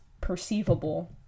perceivable